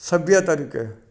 सभयतनि खे